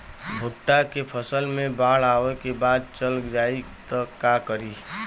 भुट्टा के फसल मे बाढ़ आवा के बाद चल जाई त का करी?